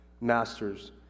masters